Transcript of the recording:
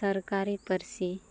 ᱥᱚᱨᱠᱟᱨᱤ ᱯᱟᱹᱨᱥᱤ